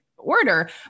order